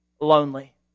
lonely